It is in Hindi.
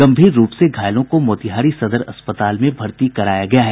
गंभीर रूप से घायलों को मोतिहारी सदर अस्पताल में भर्ती कराया गया है